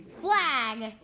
flag